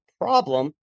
problem